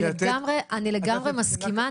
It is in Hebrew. אני לגמרי מסכימה.